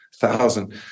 thousand